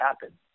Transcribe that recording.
happen